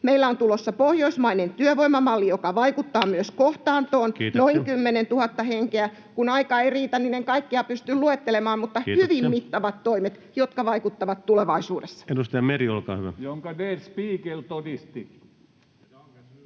Meillä on tulossa pohjoismainen työvoimamalli, joka vaikuttaa myös kohtaantoon, noin 10 000 henkeä. Kun aika ei riitä, niin en kaikkea pysty luettelemaan, mutta [Puhemies: Kiitoksia!] hyvin mittavat toimet, jotka vaikuttavat tulevaisuudessa. [Jukka Gustafsson: